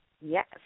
Yes